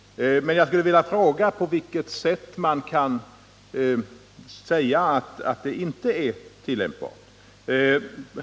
Men jag skulle vilja fråga på vilket sätt man kan säga att resultaten inte är tillämpbara.